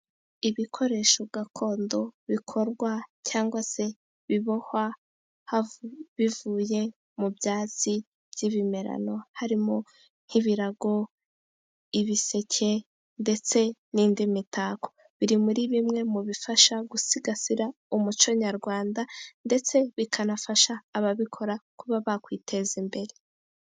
Ibikoresho gakondo bikorwa cyangwa se bibohwa, bivuye mu byatsi by'ibimerarano. Harimo nk'ibirago, ibiseke ndetse n'indi mitako, biri muri bimwe mu bifasha gusigasira umuco nyarwanda, ndetse bikanafasha ababikora kuba bakwiteza imbere.